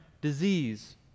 disease